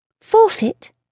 Forfeit